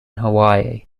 hawaii